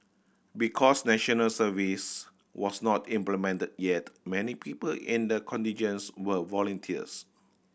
because National Service was not implemented yet many people in the contingents were volunteers